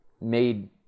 made